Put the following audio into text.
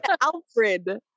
Alfred